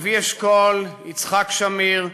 לוי אשכול, יצחק שמיר,